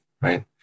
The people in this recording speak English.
right